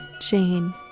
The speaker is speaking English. Jane